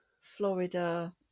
Florida